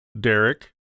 derek